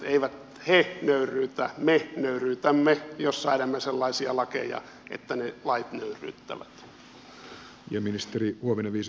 eivät he nöyryytä me nöyryytämme jos säädämme sellaisia lakeja että ne lait nöyryyttävät